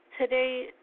Today